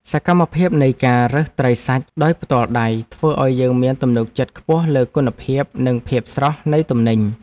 សកម្មភាពនៃការរើសត្រីសាច់ដោយផ្ទាល់ដៃធ្វើឱ្យយើងមានទំនុកចិត្តខ្ពស់លើគុណភាពនិងភាពស្រស់នៃទំនិញ។